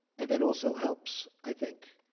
and that also helps, i think,